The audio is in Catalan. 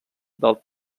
del